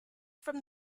from